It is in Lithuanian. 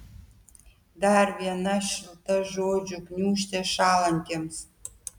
dar viena šilta žodžių gniūžtė šąlantiems